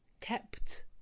kept